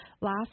last